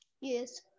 yes